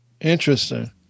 Interesting